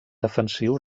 defensiu